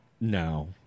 No